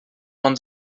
man